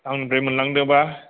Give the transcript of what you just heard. आंनिफ्राय मोनलांदों बा